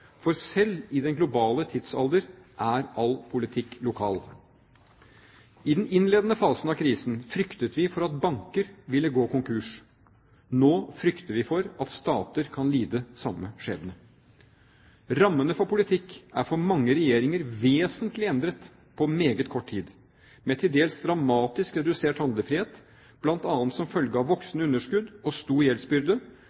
For selv i den globale tidsalder er all politikk lokal. I den innledende fasen av krisen fryktet vi for at banker ville gå konkurs. Nå frykter vi for at stater kan lide samme skjebne. Rammene for politikk er for mange regjeringer vesentlig endret på meget kort tid, med til dels dramatisk redusert handlefrihet bl.a. som følge av